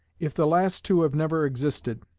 if the last two have never existed,